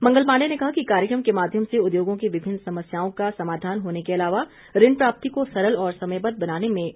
मंगल पांडेय ने कहा कि कार्यक्रम के माध्यम से उद्योगों की विभिन्न समस्याओं का समाधान होने के अलावा ऋण प्राप्ति को सरल और समयबद्ध बनाने में मदद मिलेगी